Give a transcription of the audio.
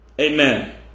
Amen